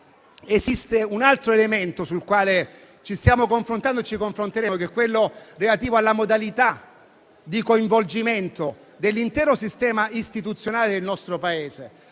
esiste un altro elemento sul quale ci stiamo confrontando e ci confronteremo, che è relativo alla modalità di coinvolgimento dell'intero sistema istituzionale del nostro Paese.